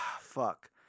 fuck